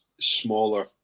smaller